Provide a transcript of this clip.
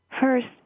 First